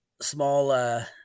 small